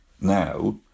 now